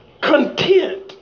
Content